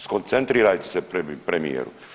Skoncentrirajte se premijeru.